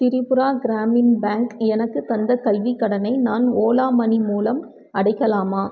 Tripura Gramin bank எனக்குத் தந்த கல்விக் கடனை நான் ஓலா மணி மூலம் அடைக்கலாமா